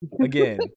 again